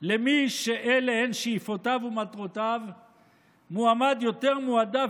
למי שאלה הן שאיפותיו ומטרותיו מועמד יותר מועדף